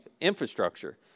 infrastructure